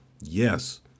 yes